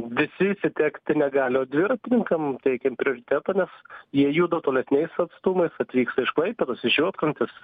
visi išsitekti negali o dviratininkam teikiam prioritetą nes jie juda tolesniais atstumais atvyksta iš klaipėdos iš juodkrantės